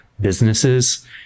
businesses